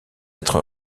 être